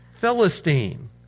Philistine